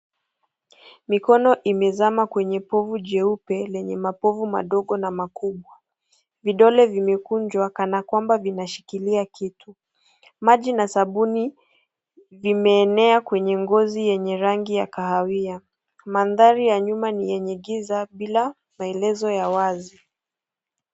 Mikono imezama kwenye pofu jeupe lenye mapofu madogo na makubwa. Vidole vimekunjwa kanakwamba vinashikilia na kitu, maji na sabuni vimeenea kwenye ngozi yenye rangi ya kahawia. Manthari ya nyuma ni yenye giza bila melezo ya wazi.